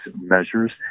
measures